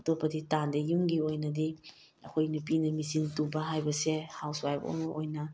ꯑꯇꯣꯞꯄꯗꯤ ꯇꯥꯟꯗꯦ ꯌꯨꯝꯒꯤ ꯑꯣꯏꯅꯗꯤ ꯑꯩꯈꯣꯏ ꯅꯨꯄꯤꯅ ꯃꯦꯆꯤꯟ ꯇꯨꯕ ꯍꯥꯏꯕꯁꯦ ꯍꯥꯎꯁ ꯋꯥꯏꯐ ꯑꯃ ꯑꯣꯏꯅ